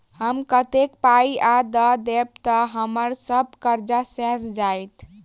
हम कतेक पाई आ दऽ देब तऽ हम्मर सब कर्जा सैध जाइत?